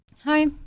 Hi